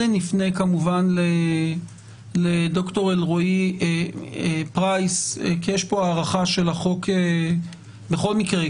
נפנה לשמוע את ד"ר אלרעי פרייס כי יש פה הארכה של החוק בכל מקרה,